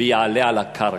ויעלה על הקרקע.